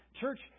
Church